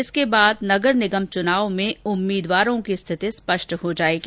इसके बाद नगर निगम चुनाव में उम्मीदवारों की स्थिति स्पष्ट हो जाएगी